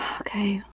Okay